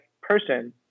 person